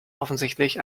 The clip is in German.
offensichtlich